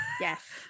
Yes